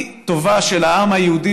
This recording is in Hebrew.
אנחנו צריכים ללמוד,